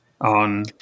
on